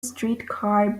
streetcar